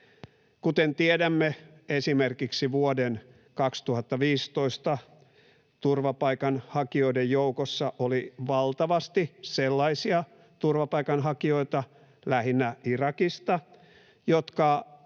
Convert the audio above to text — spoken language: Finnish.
Kuten tiedämme, esimerkiksi vuoden 2015 turvapaikanhakijoiden joukossa oli valtavasti sellaisia turvapaikanhakijoita, lähinnä Irakista, jotka